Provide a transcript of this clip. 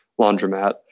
laundromat